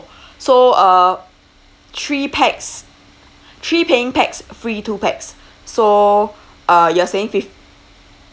so uh three pax three paying pax free two pax so uh you are saying fif~